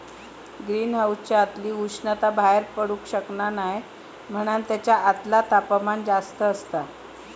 green हाउसच्या आतली उष्णता बाहेर पडू शकना नाय म्हणान तेच्या आतला तापमान जास्त असता